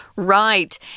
Right